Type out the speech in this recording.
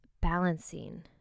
balancing